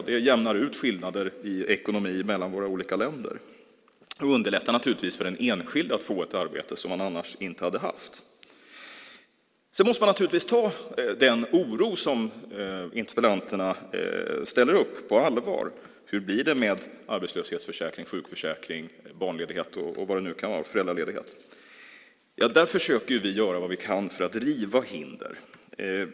Det jämnar ut skillnader i ekonomi mellan våra olika länder och underlättar naturligtvis för den enskilde att få ett arbete som han annars inte hade haft. Sedan måste man naturligtvis ta den oro som interpellanterna ställer upp på allvar. Hur blir det med arbetslöshetsförsäkring, sjukförsäkring, föräldraledighet och vad det nu kan vara? Ja, där försöker vi göra vad vi kan för att riva hinder.